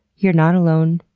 you're not alone.